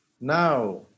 now